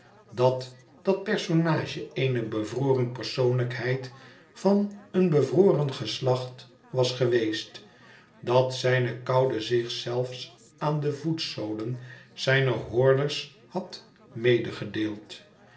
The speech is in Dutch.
dat dat personage eene bevroren persoonlijkheid van een bevroren geslacht was geweest dat zijne koude zich zelfs aan de voetzolen zijner hoorders had